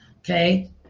okay